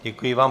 Děkuji vám.